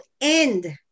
end